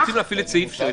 רוצים להפעיל את סעיף 6?